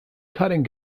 cutting